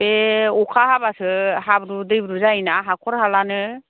बे अखा हाबासो हाब्रु दैब्रु जायोना हाखर हालानो